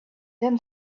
then